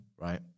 Right